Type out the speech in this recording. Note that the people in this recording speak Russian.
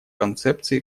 концепции